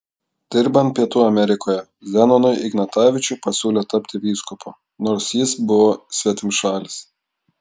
dirbant pietų amerikoje zenonui ignatavičiui pasiūlė tapti vyskupu nors jis buvo svetimšalis